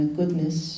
goodness